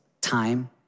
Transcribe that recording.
time